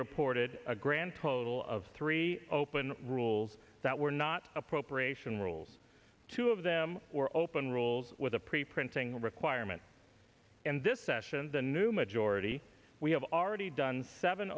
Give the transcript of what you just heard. reported a grand total of three open rules that were not appropriation rules two of them were open rules with a pre printing requirement and this session the new majority we have already done seven